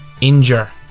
injure